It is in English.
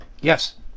Yes